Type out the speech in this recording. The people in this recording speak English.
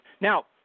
Now